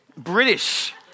British